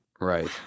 Right